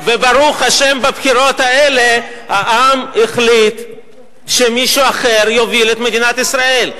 וברוך השם בבחירות האלה העם החליט שמישהו אחר יוביל את מדינת ישראל.